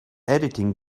editing